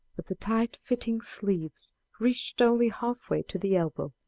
but the tight-fitting sleeves reached only half-way to the elbow,